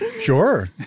Sure